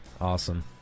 Awesome